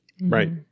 Right